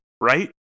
right